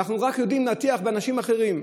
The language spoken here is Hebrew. ואנחנו רק יודעים להטיח באנשים אחרים.